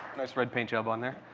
nice red paint job on there.